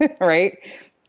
right